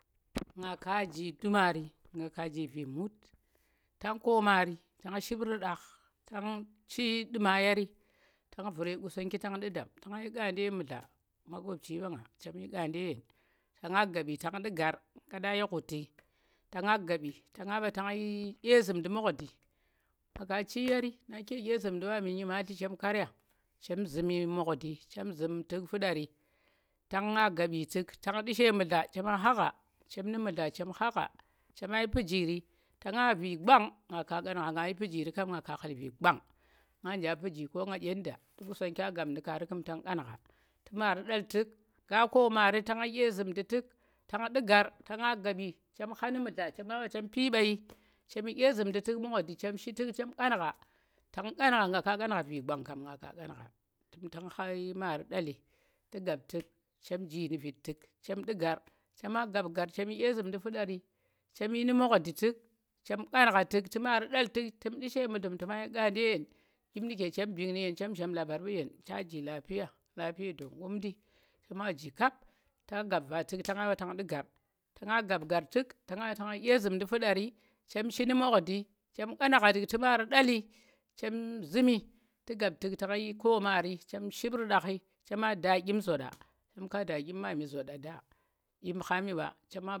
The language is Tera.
Nga ka ji dumari nga ka nji vii mut tang koo mari tang ship run dagh tang ndu̱ma yari tang vu̱r ye Qusonggi tang nɗu ndam tang yi ngaɗi ye munla makopchi mbanga chem shi Qaadi ye yen ta nga gaɓi tang ndu nggar ta nga yi ghu̱ti ta nga gaɓi ta nga ɓa tang yi ɗye zu̱mndi mu̱kdi nga ka chi yari nake ɗye zu̱mndi wami nyimatli chem karya chem zu̱mi mu̱gndi chem zu̱m tu̱k fu̱ɗari ta nga gabi tu̱k tang nu̱u she mu̱dla chema khangaa chem mu̱ mu̱dla chem kha ngaa chema yi piijiri ta nga vii gwang nga ka kangha nga kayi piijiri kam nga ko ghul vii gwang nga nja piiji ko nga ɗyenda tu̱ Qussonggya gaɓ nu̱ kaari ku̱m tang qangha tu̱ maari nƙal tu̱k nga ko mari tang yi ɗye zu̱mndi tu̱k tang ndu gaar ta nga gabi chem ha nu mdlla chema mba chema pii mɓayi chem yi ɗye zu̱mndi tuk mu̱dndi chem shii tuk chem ƙangha tang ƙangha nga ka ƙangha vii gwang kam nga ka kangha tan hayi mari nɗali tu̱ gab tu̱k chem nji nu̱ nji nu̱ viid tu̱k chem ndu̱ nggur chema gaɓ nggar chem yi ɗye zu̱mndi fu̱ɗari chem yi nu̱ mugndi tu̱k chem kan gha tu̱k tu̱ mari ndal tu̱k tu̱m nɗi she mudlum chema yi ƙaandi ye yen njip nu̱ ke chem mbing nu̱ yen chem zham labar mbu̱ yen ta nji lafiya, lapiya don ngum ndi chema nji kap ta gab va tu̱k ta nga ɓa tang ndu̱ nggat ta nga gab nggar tu̱k to nga ɓa tang yi ɗye zu̱mndi fu̱ɗar tu̱k chem shi nu̱ mu̱dndi chem kangha tu̱k tu̱ maari nɗali chem zu̱mi tu̱ gaɓ tu̱k tang yi koo maari chem ship gru̱ɗaghi chema nda ɗyim zoonɗa chem ka nda ɗyim mɓami zoonɗa da ɗyim ghami ɓa cema.